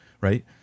right